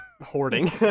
hoarding